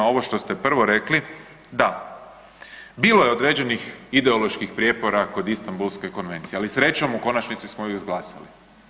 Ovo što ste prvo rekli, da, bilo je određenih ideoloških prijepora kod Istambulske konvencije, ali srećom u konačnici smo ju izglasali.